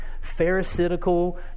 pharisaical